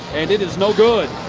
it it is no good.